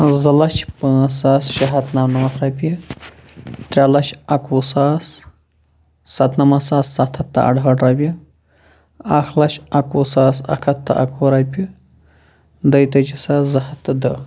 زٕ لچھ پانٛژھ ساس شیٚے ہتھ نَمنَمَتھ رۄپیہِ ترٛےٚ لچھ اَکوُہ ساس سَتنَمَتھ ساس سَتھ ہتھ تہٕ اَرہٲٹھ رۄپیہِ اکھ لچھ اَکوُہ ساس اکھ ہتھ تہٕ اَکوُہ رۄپیہِ دۄیتٲجی ساس زٕ ہتھ تہٕ دہ